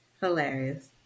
Hilarious